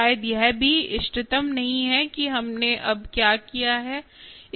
शायद यह भी इष्टतम नहीं है कि हमने अब क्या किया है